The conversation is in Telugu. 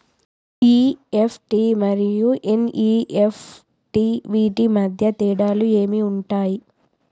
ఇ.ఎఫ్.టి మరియు ఎన్.ఇ.ఎఫ్.టి వీటి మధ్య తేడాలు ఏమి ఉంటాయి?